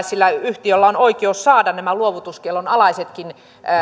sillä yhtiöllä on oikeus saada nämä luovutuskiellon alaisetkin